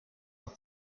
are